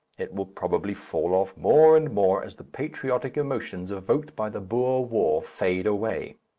it will probably fall off more and more as the patriotic emotions evoked by the boer war fade away,